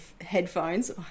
headphones